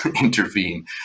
intervene